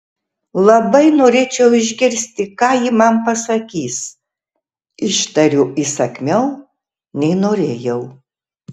labai norėčiau išgirsti ką ji man pasakys ištariu įsakmiau nei norėjau